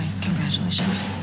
congratulations